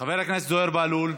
חבר הכנסת זוהיר בהלול,